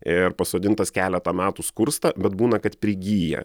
ir pasodintas keletą metų skursta bet būna kad prigyja